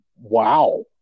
wow